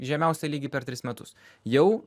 žemiausią lygį per tris metus jau